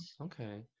okay